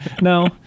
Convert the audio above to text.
no